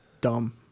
dumb